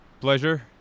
pleasure